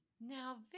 Now